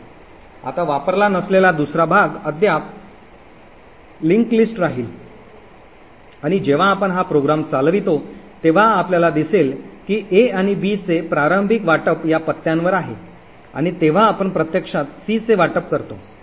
आता वापरला नसलेला दुसरा भाग अद्याप दुवा यादीमध्ये राहील आणि जेव्हा आपण हा प्रोग्राम चालवितो तेव्हा आपल्याला दिसेल की a आणि b चे प्रारंभिक वाटप या पत्त्यांवर आहे आणि तेव्हा आपण प्रत्यक्षात c चे वाटप करतो